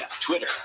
Twitter